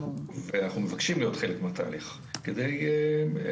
אנחנו מבקשים להיות חלק מן התהליך כדי לתרום,